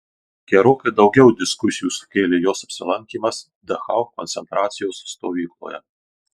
gerokai daugiau diskusijų sukėlė jos apsilankymas dachau koncentracijos stovykloje